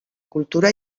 cultura